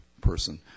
person